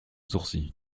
sourcils